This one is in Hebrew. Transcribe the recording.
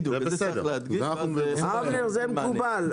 זה מקובל.